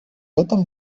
этом